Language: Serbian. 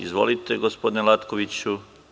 Izvolite, gospodine Latkoviću.